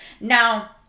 Now